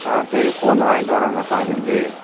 ஆ சரி ஃபோன் வாங்கிகிட்டு வர்றங்க பதினஞ்சி